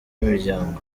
y’imiryango